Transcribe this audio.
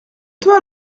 toi